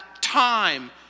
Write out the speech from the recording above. time